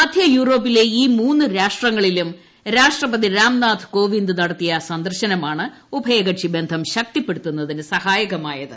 മ്യൂട്ടിയൂറോപ്പിലെ ഈ മൂന്ന് രാജ്യങ്ങളിലും രാഷ്ട്രപതി രാട്ട്നീർഗ്ഗ് കോവിന്ദ് നടത്തിയ സന്ദർശനമാണ് ഉഭയകക്ഷിബ്ബന്ധം ശക്തിപ്പെടുത്തുന്നതിന് സഹായകമായത്